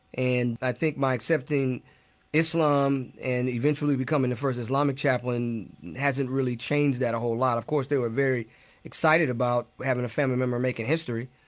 and i think by accepting islam and eventually becoming the first islamic chaplain hasn't really changed that a whole lot. of course, they were very excited about having a family member making history.